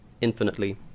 infinitely